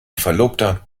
verlobter